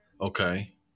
Okay